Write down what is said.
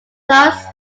thus